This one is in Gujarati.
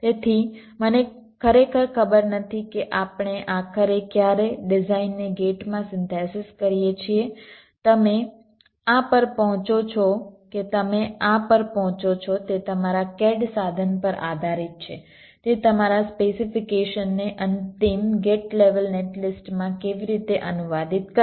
તેથી મને ખરેખર ખબર નથી કે આપણે આખરે ક્યારે ડિઝાઇનને ગેટમાં સિન્થેસિસ કરીએ છીએ તમે આ પર પહોંચો છો કે તમે આ પર પહોંચો છો તે તમારા CAD સાધન પર આધારિત છે તે તમારા સ્પેસિફીકેશનને અંતિમ ગેટ લેવલ નેટ લિસ્ટમાં કેવી રીતે અનુવાદિત કરશે